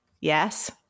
Yes